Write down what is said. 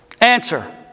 Answer